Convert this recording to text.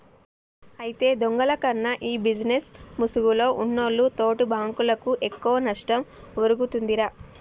అయితే దొంగల కన్నా ఈ బిజినేస్ ముసుగులో ఉన్నోల్లు తోటి బాంకులకు ఎక్కువ నష్టం ఒరుగుతుందిరా